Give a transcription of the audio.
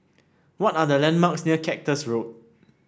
what are the landmarks near Cactus Road